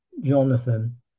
Jonathan